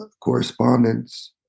correspondence